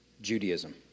Judaism